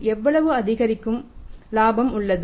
எவ்வளவு அதிகரிக்கும் லாபம் உள்ளது